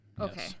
Okay